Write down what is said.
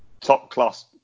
top-class